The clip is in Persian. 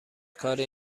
کاری